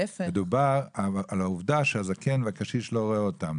מציין את העובדה שהקשיש לא רואה אותם.